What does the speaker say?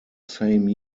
same